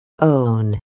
own